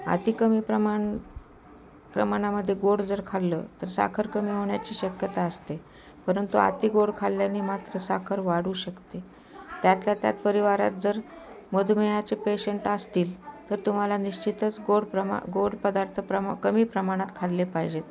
अती कमी प्रमाण प्रमाणामदे गोड जर खाल्लं तर साखर कमी होण्याची शक्यता असते परंतु अति गोड खाल्ल्याने मात्र साखर वाढू शकते त्यातल्या त्यात परिवारात जर मधुमेहाचे पेशंट असतील तर तुम्हाला निश्चितच गोड प्रमा गोड पदार्थ प्रमा कमी प्रमाणात खाल्ले पाहिजेत